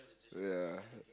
yeah